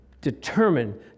determine